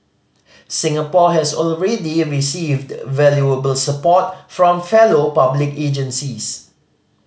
Singapore has already received valuable support from fellow public agencies